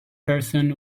person